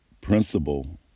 principle